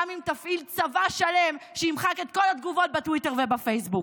גם אם תפעיל צבא שלם שימחק את כל התגובות בטוויטר ובפייסבוק.